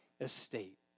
estate